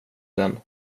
den